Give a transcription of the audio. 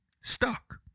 Stuck